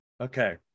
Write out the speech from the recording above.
Okay